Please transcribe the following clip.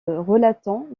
relatant